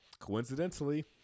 coincidentally